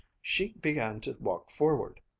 she began to walk forward.